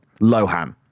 Lohan